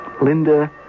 Linda